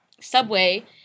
subway